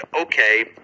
Okay